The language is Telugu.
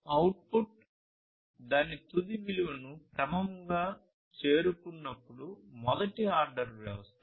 అవుట్పుట్ దాని తుది విలువను క్రమంగా చేరుకున్నప్పుడు మొదటి ఆర్డర్ వ్యవస్థలు